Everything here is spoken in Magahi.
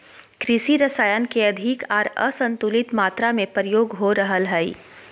कृषि रसायन के अधिक आर असंतुलित मात्रा में प्रयोग हो रहल हइ